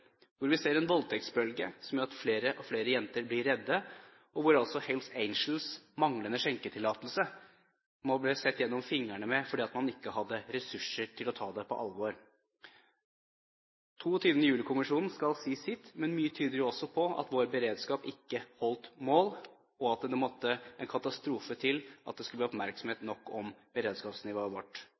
hvor vi ser en voldtektsbølge som gjør at flere og flere jenter blir redde, og hvor det ses gjennom fingrene med Hells Angels’ manglende skjenketillatelse fordi man ikke hadde ressurser til å ta det på alvor. 22. juli-kommisjonen skal si sitt. Men mye tyder også på at vår beredskap ikke holdt mål og at det måtte en katastrofe til for at det skulle bli oppmerksomhet nok om beredskapsnivået vårt.